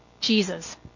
Jesus